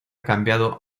cambiado